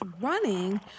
running